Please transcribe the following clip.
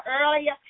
earlier